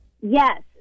Yes